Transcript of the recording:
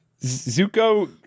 Zuko